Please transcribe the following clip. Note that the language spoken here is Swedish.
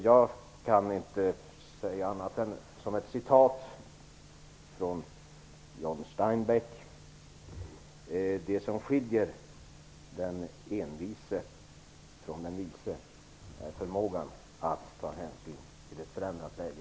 Jag kan inte annat än citera John Steinbeck: Det som skiljer den envise från den vise är förmågan att ta hänsyn till ett förändrat läge.